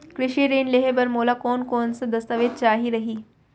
कृषि ऋण लेहे बर मोला कोन कोन स दस्तावेज चाही रही?